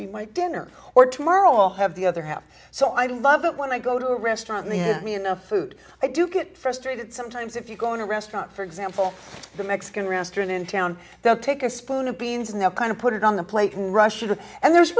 be my dinner or tomorrow i'll have the other half so i love it when i go to a restaurant in the me enough food i do get frustrated sometimes if you go in a restaurant for example the mexican restaurant in town they'll take a spoon of beans and they're kind of put it on the plate in russia and there's